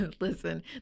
listen